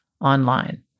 online